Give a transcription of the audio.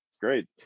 Great